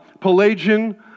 Pelagian